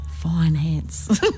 finance